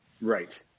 Right